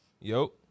Yo